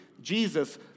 Jesus